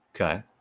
Okay